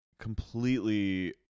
completely